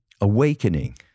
awakening